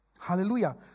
Hallelujah